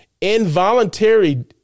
Involuntary